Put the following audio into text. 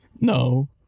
No